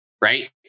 Right